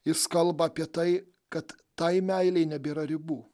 jis kalba apie tai kad tai meilei nebėra ribų